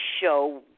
show